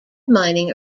mining